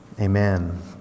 Amen